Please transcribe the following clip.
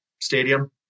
stadium